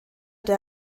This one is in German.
der